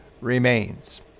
remains